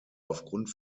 aufgrund